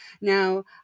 Now